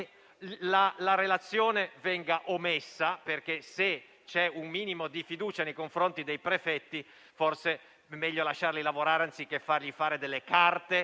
la relazione venga omessa, perché se c'è un minimo di fiducia nei confronti dei prefetti, forse è meglio lasciarli lavorare anziché fargli produrre carte